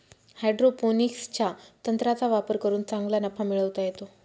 हायड्रोपोनिक्सच्या तंत्राचा वापर करून चांगला नफा मिळवता येतो